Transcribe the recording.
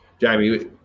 Jamie